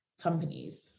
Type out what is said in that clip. companies